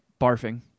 barfing